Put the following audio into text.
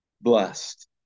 blessed